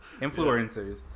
Influencers